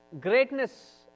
greatness